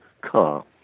car